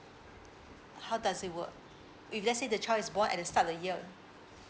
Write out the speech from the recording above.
how does it work if let's say the child is born at the start of the year